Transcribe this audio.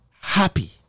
happy